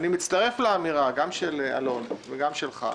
אני מצטרף לאמירה, גם של אלון שוסטר וגם שלך,